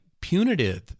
punitive